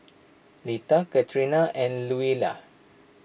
Letha Katrina and Louella